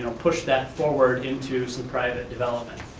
and push that forward into some private development.